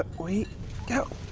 ah we go.